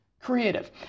creative